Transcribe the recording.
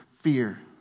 fear